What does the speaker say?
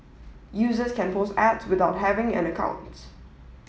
users can post ads without having an account